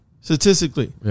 statistically